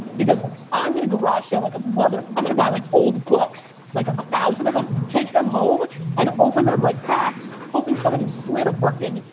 because i'm going to garage sale like a mother i'm going to buy like old books like a thousand of them, take them home and open them like packs hoping somebody slid a fucking,